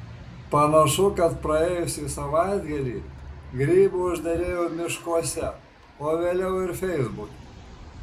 panašu kad praėjusį savaitgalį grybų užderėjo miškuose o vėliau ir feisbuke